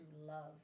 love